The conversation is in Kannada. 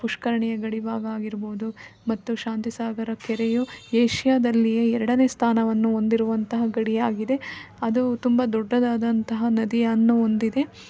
ಪುಷ್ಕರಣಿಯ ಗಡಿ ಭಾಗ ಆಗಿರ್ಬೋದು ಮತ್ತು ಶಾಂತಿ ಸಾಗರ ಕೆರೆಯು ಏಷ್ಯಾದಲ್ಲಿಯೇ ಎರಡನೇ ಸ್ಥಾನವನ್ನು ಹೊಂದಿರುವಂತಹ ಗಡಿಯಾಗಿದೆ ಅದು ತುಂಬ ದೊಡ್ಡದಾದಂತಹ ನದಿಯನ್ನು ಹೊಂದಿದೆ